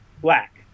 black